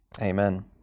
Amen